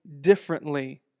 differently